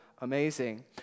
amazing